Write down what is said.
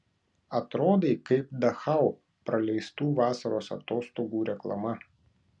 atrodai kaip dachau praleistų vasaros atostogų reklama